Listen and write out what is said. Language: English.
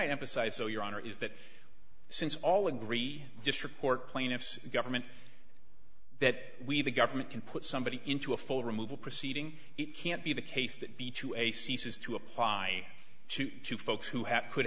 point emphasized so your honor is that since all agree just report plaintiff's government that we the government can put somebody into a full removal proceeding it can't be the case that b to a ceases to apply to two folks who have could